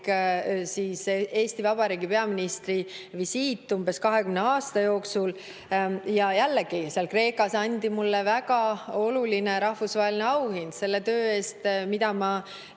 Eesti Vabariigi peaministri visiit umbes 20 aasta jooksul. Ja jällegi, Kreekas anti mulle väga oluline rahvusvaheline auhind selle töö eest, mida ma